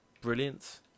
brilliance